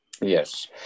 Yes